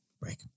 break